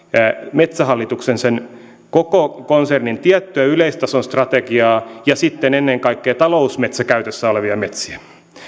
metsähallituksen koko konsernin tiettyä yleistason strategiaa ja sitten ennen kaikkea talousmetsäkäytössä olevia metsiä